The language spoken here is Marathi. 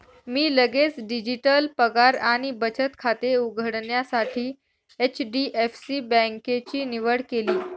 मी लगेच डिजिटल पगार आणि बचत खाते उघडण्यासाठी एच.डी.एफ.सी बँकेची निवड केली